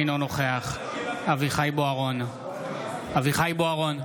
אינו נוכח אביחי אברהם בוארון,